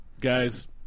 Guys